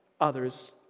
others